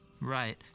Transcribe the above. Right